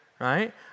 right